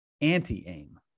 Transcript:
anti-aim